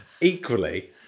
Equally